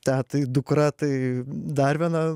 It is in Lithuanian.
tetai dukra tai dar viena